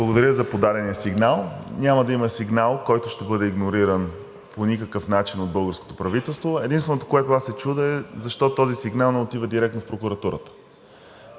Благодаря за подадения сигнал. Няма да има сигнал, който ще бъде игнориран, по никакъв начин, от българското правителство. Единственото, за което аз се чудя, е защо този сигнал не отива директно в прокуратурата?